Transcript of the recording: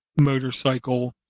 motorcycle